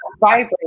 vibrate